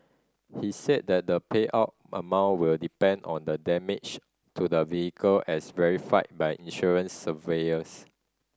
he said that the payout amount will depend on the damage to the vehicle as verified by insurance surveyors